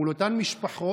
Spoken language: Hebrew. מול אותן משפחות,